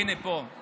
הינה, פה.